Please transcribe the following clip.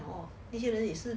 那些人那些事